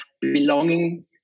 belonging